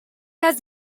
was